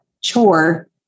chore